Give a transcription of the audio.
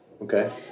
Okay